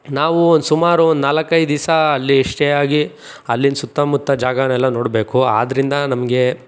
ನಾವು ಒಂದು ಸುಮಾರು ಒಂದು ನಾಲ್ಕೈದು ದಿವಸ ಅಲ್ಲಿ ಸ್ಟೇ ಆಗಿ ಅಲ್ಲಿಂದು ಸುತ್ತಮುತ್ತ ಜಾಗನೆಲ್ಲ ನೋಡಬೇಕು ಆದ್ದರಿಂದ ನಮಗೆ